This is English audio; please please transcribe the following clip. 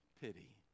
Pity